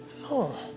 No